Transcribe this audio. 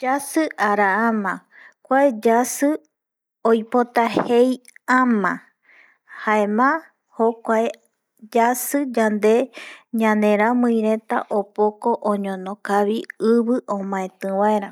Yasɨ ara ama kuae yasɨ oipo jei ama, jaema jokuae yasi yande ñaneramii reta opoko oñono kavi ivi omaeti baera,